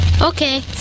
okay